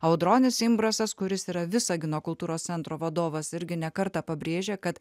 audronis imbrasas kuris yra visagino kultūros centro vadovas irgi ne kartą pabrėžia kad